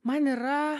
man yra